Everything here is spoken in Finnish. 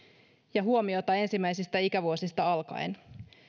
ja huomiota ensimmäisistä ikävuosista alkaen